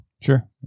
Sure